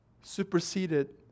superseded